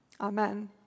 Amen